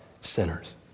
sinners